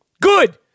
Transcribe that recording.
Good